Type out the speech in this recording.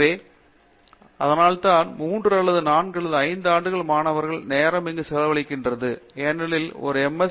எனவே அதனால்தான் 3 4 அல்லது 5 ஆண்டுகள் மாணவர்களின் நேரம் இங்கு செலவழிக்கிறது ஏனெனில் ஒரு எம்